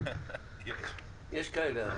יש כאלה.